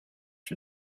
for